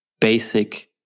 basic